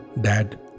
Dad